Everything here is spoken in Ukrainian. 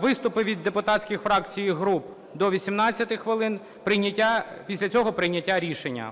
виступи від депутатських фракцій і груп – до 18 хвилин. Після цього прийняття рішення.